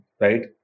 right